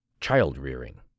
child-rearing